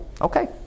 Okay